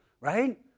right